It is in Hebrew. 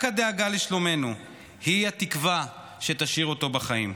רק הדאגה לשלומנו היא התקווה שתשאיר אותו בחיים.